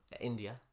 India